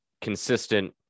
consistent